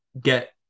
get